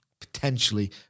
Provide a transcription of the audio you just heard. potentially